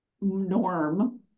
norm